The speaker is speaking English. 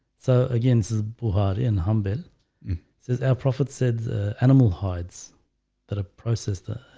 so again this is bull hard in humble says our prophet said animal hides that a processor